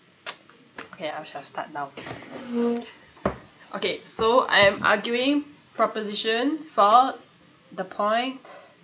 okay I shall start now okay so I'm arguing proposition for the point